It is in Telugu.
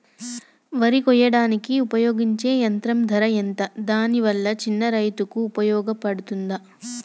వరి కొయ్యడానికి ఉపయోగించే యంత్రం ధర ఎంత దాని వల్ల చిన్న రైతులకు ఉపయోగపడుతదా?